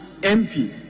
MP